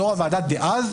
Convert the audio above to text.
יו"ר הוועדה דאז,